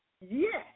Yes